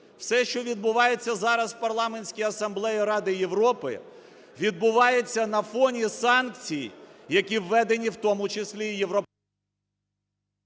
все, що відбувається зараз в Парламентській Асамблеї Ради Європи, відбувається на фоні санкцій, які введені в тому числі і… ГОЛОВУЮЧИЙ.